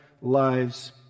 lives